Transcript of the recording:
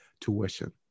tuition